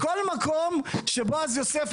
בכל מקום שבועז יוסף,